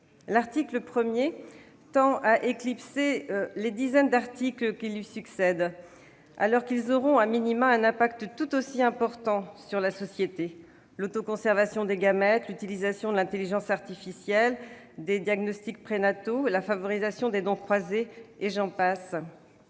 L'article 1 tend à éclipser les dizaines d'articles qui lui succèdent, alors qu'ils auront,, un impact tout aussi important sur la société : l'autoconservation des gamètes, l'utilisation de l'intelligence artificielle, des diagnostics prénataux, la favorisation des dons croisés, et j'en passe.